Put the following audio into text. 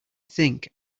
think